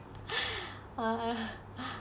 ah